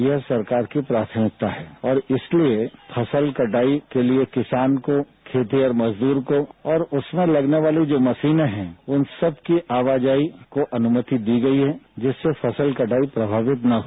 ये सरकार की प्राथमिकता है और इसलिए फसल कटाई के लिए किसान को खेतीहर मजदूर को और उसमें लगने वाली जो मशीनें है उन सबकी आवाजाही को अनुमति दी गई है जिससे फसल कटाई प्रभावित न हो